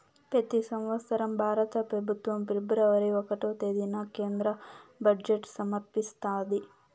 పెతి సంవత్సరం భారత పెబుత్వం ఫిబ్రవరి ఒకటో తేదీన కేంద్ర బడ్జెట్ సమర్పిస్తాది